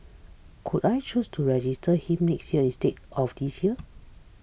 could I choose to register him next year instead of this year